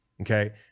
okay